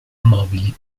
mobili